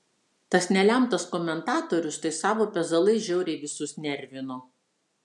tas nelemtas komentatorius tai savo pezalais žiauriai visus nervino